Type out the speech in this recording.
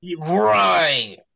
right